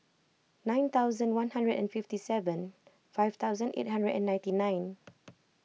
nine thousand one hundred and fifty seven five thousand eight hundred and ninety nine